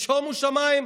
שומו שמיים,